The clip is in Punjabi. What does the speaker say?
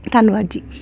ਧੰਨਵਾਦ ਜੀ